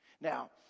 Now